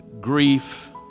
grief